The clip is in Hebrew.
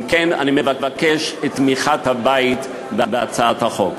אם כן, אני מבקש את תמיכת הבית בהצעת החוק.